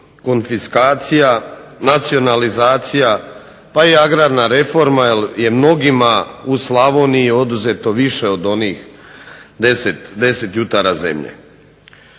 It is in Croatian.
konfiskacija, nacionalizacija, pa i agrarna reforma jer je mnogima u Slavoniji oduzeto više od onih 10 jutara zemlje.